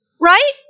Right